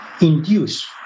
induce